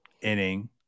inning –